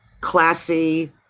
classy